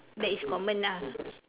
that is common lah